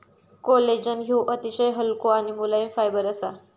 collagen ह्यो अतिशय हलको आणि मुलायम फायबर असा